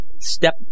step